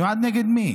מיועד נגד מי?